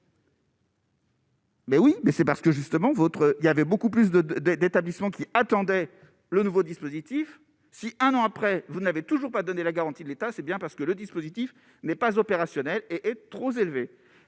Mais oui, mais c'est parce que justement votre il y avait beaucoup plus de, de, d'établissements qui attendait le nouveau dispositif si un an après, vous n'avez toujours pas donné la garantie de l'État, c'est bien parce que le dispositif n'est pas opérationnel et est trop élevé